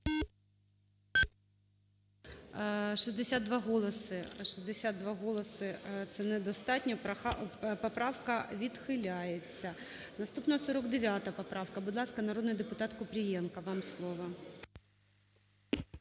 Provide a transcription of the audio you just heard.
62 голоси – це недостатньо. Поправка відхиляється. Наступна 49 поправка. Будь ласка, народний депутатКупрієнко, вам слово.